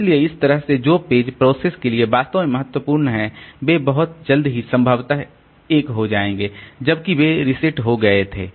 इसलिए इस तरह से जो पेज प्रोसेस के लिए वास्तव में महत्वपूर्ण हैं वे बहुत जल्द ही संभवत 1 हो जाएंगे जबकि वे रीसेट हो गए थे